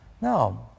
No